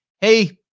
hey